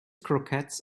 croquettes